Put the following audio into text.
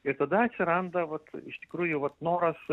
ir tada atsiranda vat iš tikrųjų vat noras